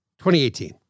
2018